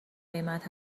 قیمت